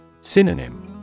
Synonym